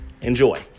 Enjoy